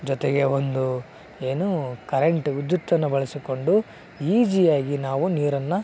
ಜೊತೆಗೆ ಒಂದು ಏನು ಕರಂಟ್ ವಿದ್ಯುತ್ತನ್ನು ಬಳಸಿಕೊಂಡು ಈಜಿಯಾಗಿ ನಾವು ನೀರನ್ನು